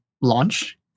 launch